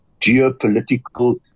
geopolitical